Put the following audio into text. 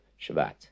Shabbat